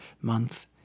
month